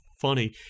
funny